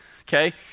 Okay